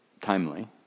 Timely